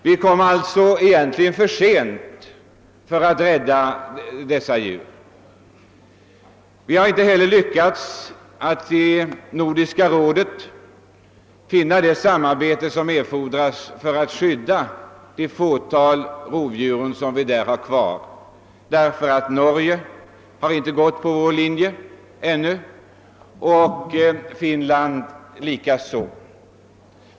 Egentligen var vi sålunda för sent ute för att rädda dessa vilddjur. Vi har heller inte lyckats att i Nordiska rådet etablera det samarbete som behövs för att kunna skydda de få rovdjur vi har kvar, detta på grund av att Norge och Finland ännu inte har anslutit sig till vår linje.